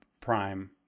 Prime